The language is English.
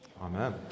Amen